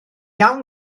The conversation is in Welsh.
iawn